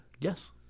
Yes